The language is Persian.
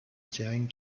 جنگ